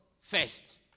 first